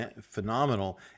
phenomenal